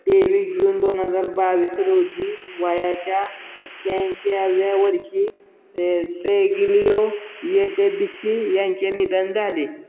तेवीस जून दोन हजार बावीस रोजी वयाच्या एक्यांऐंशाव्या वर्षी टेग्लिओ येथे बिस्सी यांचे निधन झाले